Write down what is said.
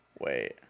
Wait